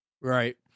Right